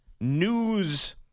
news